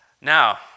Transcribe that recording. Now